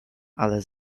ale